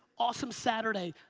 awesome saturday.